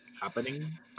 happening